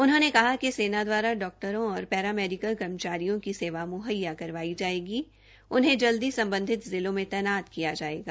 उन्होंने कहा कि सेना दवारा डॉक्टरों और पैरामेडिकल कर्मचारियों की सेवा मुहैया करवाई जायेगी उन्हें जल्दी सम्बधित जिलों में तैनात किया जायेगा